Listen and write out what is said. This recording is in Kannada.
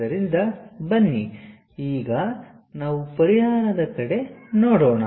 ಆದ್ದರಿಂದ ಬನ್ನಿ ಈಗ ನಾವು ಪರಿಹಾರದ ಕಡೆ ನೋಡೋಣ